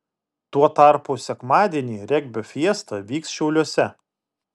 tuo tarpu sekmadienį regbio fiesta vyks šiauliuose